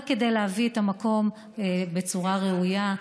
רק כדי להביא את המקום לצורה ראויה,